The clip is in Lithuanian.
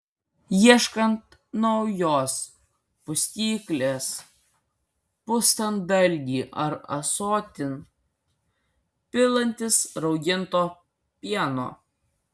ieškant naujos pustyklės pustant dalgį ar ąsotin pilantis rauginto pieno